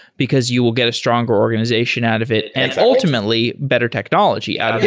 because you will get a stronger organization out of it and ultimately better technology out of it,